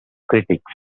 critics